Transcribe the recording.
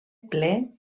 ple